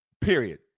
period